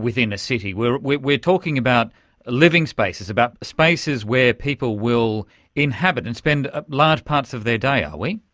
within a city, we're we're talking about living spaces, about spaces where people will inhabit and spend ah large parts of their day, are we?